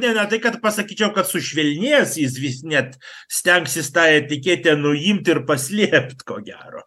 ne tai kad pasakyčiau kad sušvelnės jis vis net stengsis tą etiketę nuimt ir paslėpt ko gero